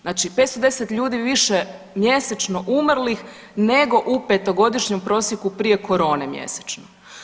Znači 510 ljudi više mjesečno umrlih nego u petogodišnjem prosjeku prije korone mjesečno.